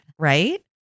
Right